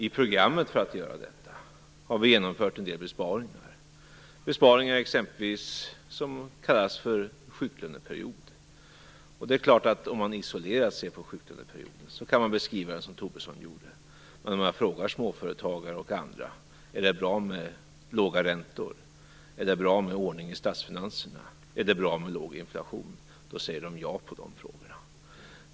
I programmet för att göra detta har vi genomfört en del besparingar, exempelvis besparingar som kallas för sjuklöneperiod. Och om man isolerar sig till sjuklöneperioden, är det klart att man kan beskriva det så som Tobisson gjorde. Men om man frågar småföretagare och andra om det är bra med låga räntor, med ordning i statsfinanserna och med låg inflation svarar de ja.